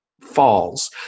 falls